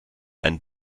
ein